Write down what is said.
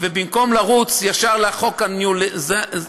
במקום לרוץ ישר לחוק האוסטרי,